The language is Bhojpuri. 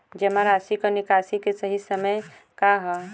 जमा राशि क निकासी के सही समय का ह?